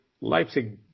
Leipzig